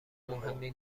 مهمی